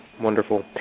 Wonderful